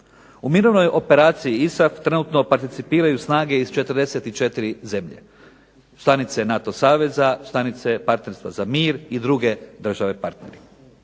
U mirovnoj operaciji ISAF trenutno participiraju snage iz 44 zemlje, članice NATO saveza, članice partnerstva za mir i druge države partneri.